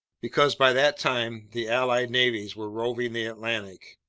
because by that time the allied navies were roving the atlantic.